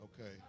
okay